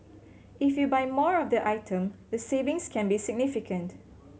if you buy more of the item the savings can be significant